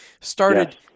started